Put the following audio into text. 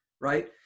right